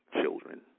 children